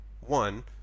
one